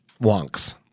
wonks